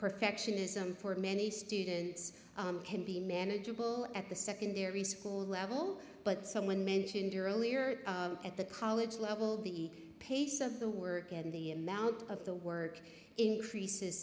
perfectionism for many students can be manageable at the secondary school level but someone mentioned earlier at the college level the pace of the work and the amount of the work increases